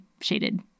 shaded